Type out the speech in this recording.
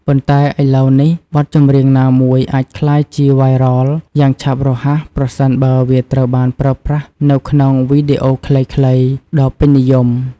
ប៉ុន្តែឥឡូវនេះ បទចម្រៀងណាមួយអាចក្លាយជា វ៉ាយរ៉ល (viral) យ៉ាងឆាប់រហ័ស ប្រសិនបើវាត្រូវបានប្រើប្រាស់នៅក្នុងវីដេអូខ្លីៗ ដ៏ពេញនិយម។